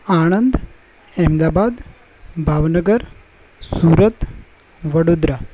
Anand Ahmedabad Bhavnagar Surat Vadodara